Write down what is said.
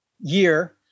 year